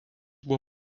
buvo